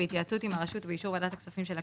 בהתייעצות עם הרשות ובאישור ועדת הכספים של הכנסת,